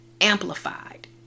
amplified